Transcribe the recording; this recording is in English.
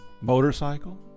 motorcycle